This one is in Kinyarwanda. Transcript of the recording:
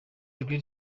ijwi